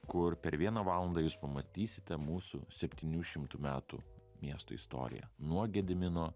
kur per vieną valandą jūs pamatysite mūsų septynių šimtų metų miesto istoriją nuo gedimino